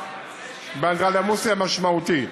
באנדרלמוסיה משמעותית.